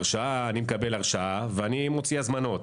כאשר אני מקבל הרשאה, אני מוציא הזמנות.